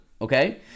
okay